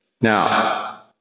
Now